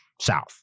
south